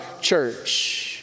church